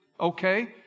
okay